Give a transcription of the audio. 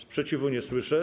Sprzeciwu nie słyszę.